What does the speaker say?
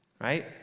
Right